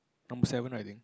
number seven I think